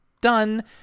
done